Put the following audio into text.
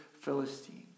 Philistine